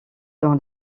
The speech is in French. dans